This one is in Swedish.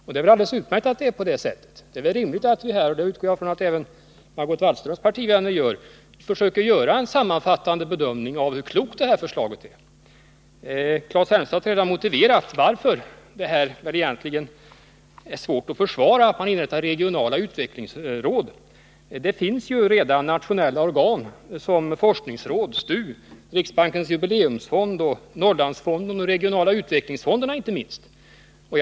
Det är väl alldeles utmärkt att det är på det sättet. Jag utgår ifrån att även Margot Wallströms partivänner söker göra en sammanfattande bedömning av hur klokt det här förslaget är. Claes Elmstedt har redan motiverat varför det är svårt att försvara inrättandet av regionala utvecklingsråd. Det finns ju redan nationella organ såsom forskningsråd, STU, riksbankens jubileumsfond och Norrlandsfonden samt därutöver inte minst regionala utvecklingsfonder.